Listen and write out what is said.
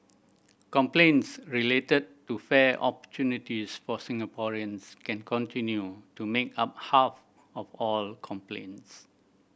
complaints related to fair opportunities for Singaporeans can continue to make up half of all complaints